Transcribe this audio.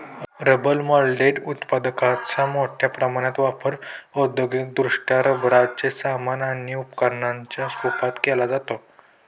rubber moulded उत्पादकांचा मोठ्या प्रमाणात वापर औद्योगिकदृष्ट्या रबराचे सामान आणि उपकरणांच्या रूपात केला जातो